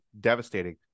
devastating